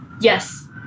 Yes